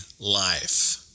life